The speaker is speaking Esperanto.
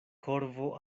korvo